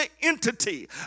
entity